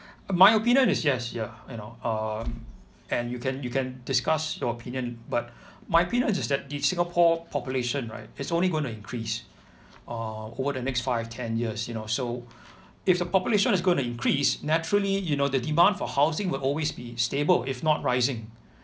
my opinion is yes ya you know um and you can you can discuss your opinion but my opinion is that in singapore population right is only gonna increase err over the next five ten years you know so if the population is gonna increase naturally you know the demand for housing will always be stable if not rising